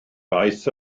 daeth